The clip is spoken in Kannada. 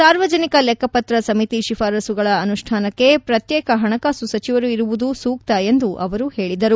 ಸಾರ್ವಜನಿಕ ಲೆಕ್ಕಪತ್ರ ಸಮಿತಿ ಶಿಫಾರಸುಗಳ ಅನುಷ್ಟಾನಕ್ಕೆ ಪ್ರತ್ಯೇಕ ಹಣಕಾಸು ಸಚಿವರು ಇರುವುದು ಸೂಕ ಎಂದು ಅವರು ಹೇಳಿದರು